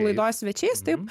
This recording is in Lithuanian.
laidos svečiais taip